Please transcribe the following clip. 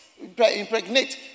impregnate